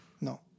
No